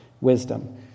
wisdom